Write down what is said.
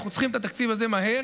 אנחנו צריכים את התקציב הזה מהר,